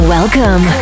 Welcome